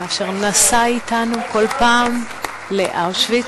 אשר נסע אתנו כל פעם לאושוויץ,